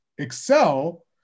Excel